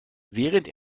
während